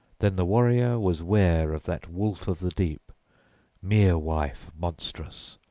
then the warrior was ware of that wolf-of-the-deep, mere-wife monstrous.